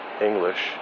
English